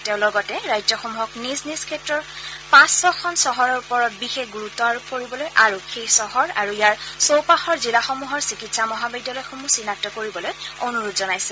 তেওঁ লগতে ৰাজ্যসমূহক নিজ নিজ ক্সেত্ৰৰ পাঁচ ছখন চহৰৰ ওপৰত বিশেষ গুৰুত্ব আৰোপ কৰিবলৈ আৰু এই চহৰ আৰু ইয়াৰ চৌপাশৰ জিলাসমূহৰ চিকিৎসা মহাবিদ্যালয়সমূহ চিনাক্ত কৰিবলৈ অনুৰোধ জনাইছে